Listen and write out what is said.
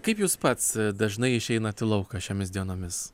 kaip jūs pats dažnai išeinat į lauką šiomis dienomis